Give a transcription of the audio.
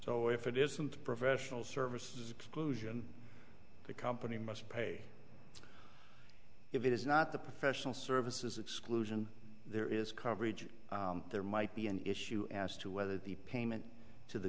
so if it isn't professional services exclusion the company must pay if it is not the professional services exclusion there is coverage there might be an issue as to whether the payment to the